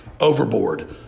overboard